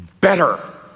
better